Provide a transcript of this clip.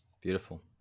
beautiful